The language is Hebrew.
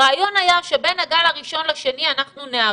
הרעיון היה שבין הגל הראשון לשני אנחנו ניערך,